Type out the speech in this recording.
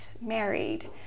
married